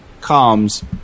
comes